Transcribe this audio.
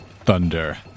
Thunder